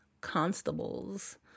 constables